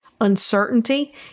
uncertainty